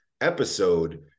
episode